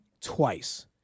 twice